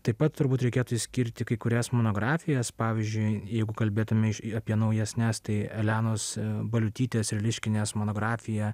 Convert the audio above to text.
taip pat turbūt reikėtų išskirti kai kurias monografijas pavyzdžiui jeigu kalbėtume apie naujesnes tai elenos baliutytės riliškienės monografija